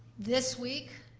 this week,